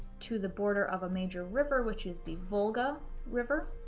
to the border of a major river, which is the volga river